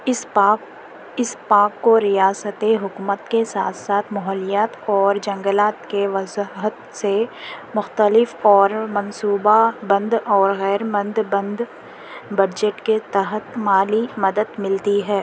اس park اس park کو ریاست حکومت کے ساتھ ساتھ ماحولیات اور جنگلات کے وضاحت سے مختلف اور منصوبہ بند اور غیرمند بند بجٹ کے تحت مالی مدد ملتی ہے